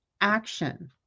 action